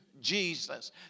Jesus